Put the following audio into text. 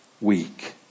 weak